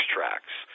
Tracks